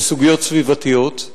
בסוגיות סביבתיות.